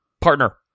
partner